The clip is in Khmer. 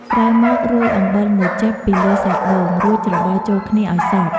ក្រោយមក រោយ អំបិលមួយចិប ពីលើសាច់ដូង រួចច្របល់ចូលគ្នាឱ្យសព្វ។